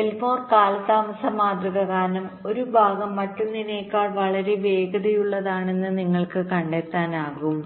Elmore കാലതാമസ മാതൃക കാരണം ഒരു ഭാഗം മറ്റൊന്നിനേക്കാൾ വളരെ വേഗതയുള്ളതാണെന്ന് നിങ്ങൾക്ക് കണ്ടെത്താനാകും